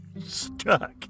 stuck